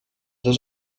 dos